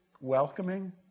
welcoming